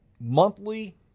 monthly